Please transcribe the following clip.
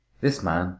this man,